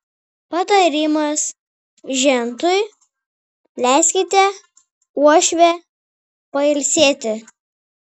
patarimas žentui leiskite uošvę pailsėti